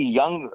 young